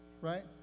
right